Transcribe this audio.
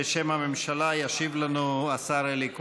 בשם הממשלה ישיב לנו השר אלי כהן.